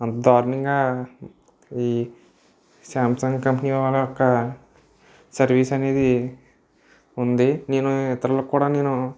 అంత దారుణంగా ఈ శాంసంగ్ కంపెనీ వాళ్ళ ఒక్క సర్వీస్ అనేది ఉంది నేను ఇతరులకు కూడా నేను